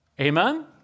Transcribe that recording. Amen